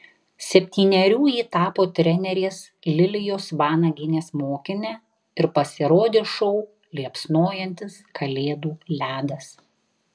septynerių ji tapo trenerės lilijos vanagienės mokine ir pasirodė šou liepsnojantis kalėdų ledas